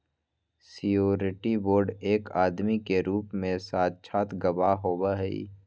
surety bond एक आदमी के रूप में साक्षात गवाह होबा हई